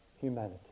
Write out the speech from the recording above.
humanity